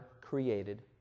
created